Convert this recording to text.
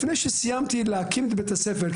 לפני שסיימתי להקים את בית הספר,